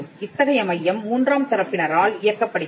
இத்தகைய மையம் மூன்றாம் தரப்பினரால் இயக்கப்படுகிறது